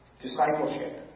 Discipleship